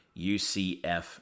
UCF